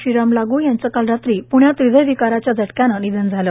श्रीराम लागू यांचं काल रात्री पृण्यात हृदयविकाराच्या झटक्यानं निधन झालं